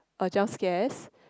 a jump scares